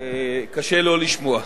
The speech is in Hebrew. קשה לא לשמוע.